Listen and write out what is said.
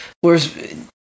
Whereas